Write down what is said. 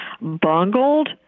Bungled